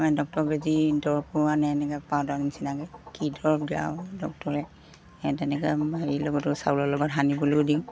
মানে ডক্তৰৰ বেজি দৰৱো আনে এনেকৈ পাউদাৰ নিচিনাকৈ কি দৰৱ দিয়ে আৰু ডক্তৰে সেই তেনেকৈ হেৰি লগতো চাউলৰ লগতো সানিবলৈও দিওঁ